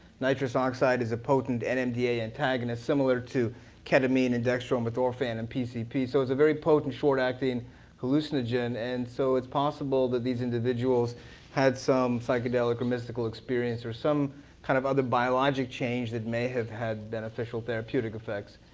nitrous oxide is a potent and and nmda antagonist similar to ketamine and dextromethorphan and pcp, so it's a very potent, short acting hallucigen. and so it's possible that these individuals had some psychedelic or mystical experience or some kind of other biologic change that may have had beneficial therapeutic effects.